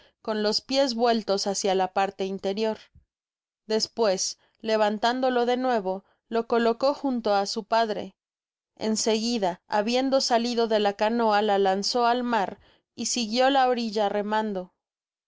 con los pies vueltos hácia la parte interior despues levantándolo de nuevo lo colocó junto á su padre en seguida habiendo salido de la canoa la lanzó al mar y siguió la orilla remando y